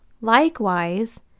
Likewise